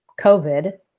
COVID